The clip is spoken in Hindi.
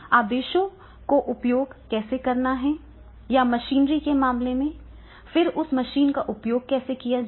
आदेशों का उपयोग कैसे किया जाए या मशीनरी के मामले में फिर उस मशीन का उपयोग कैसे किया जाए